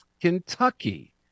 Kentucky